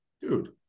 dude